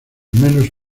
menos